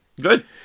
good